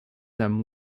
them